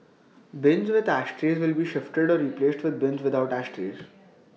bins with ashtrays will be shifted or replaced with bins without ashtrays